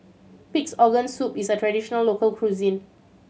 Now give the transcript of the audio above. Pig's Organ Soup is a traditional local cuisine